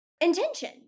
intention